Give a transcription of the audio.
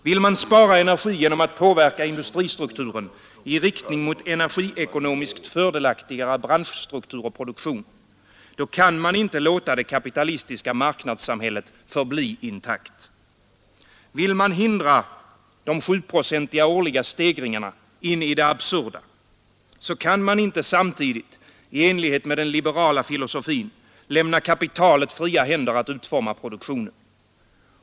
Vill man spara energi genom att påverka industristrukturen i riktning mot energiekonomiskt fördelaktigare branschstruktur och produktion, då kan man inte låta det kapitalistiska marknadssamhället förbli intakt. Vill man hindra de sjuprocentiga årliga stegringarna in i det absurda, kan man inte samtidigt, i enlighet med den liberala filosofin, lämna kapitalet fria händer att utforma produktionen.